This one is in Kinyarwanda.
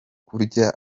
kurya